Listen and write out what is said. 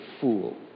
fool